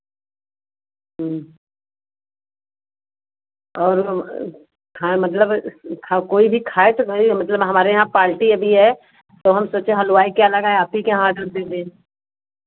और हम खाएँ मतलब कोई भी खाए तो भाई हमारे यहाँ पार्टी अभी है तो हम सोचे हलवाई क्या लगाएँ आप ही के यहाँ ऑर्डर दे दें